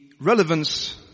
relevance